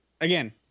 again